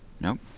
Nope